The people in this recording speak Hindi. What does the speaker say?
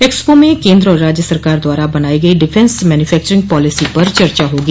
एक्सपो में केन्द्र और राज्य सरकार द्वारा बनाई गई डिफेंस मैन्यूफैक्चरिंग पालिसी पर चर्चा होगी